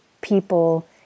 people